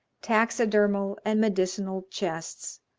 taxidermal and medicinal chests,